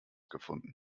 gefunden